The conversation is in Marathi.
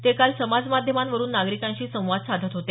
ते काल समाज माध्यमांवरून नागरिकांशी संवाद साधत होते